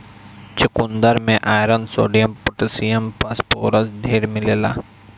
चुकन्दर में iron, sodium, potassium, phosphorus ढेर मिलेला